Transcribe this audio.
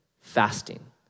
fasting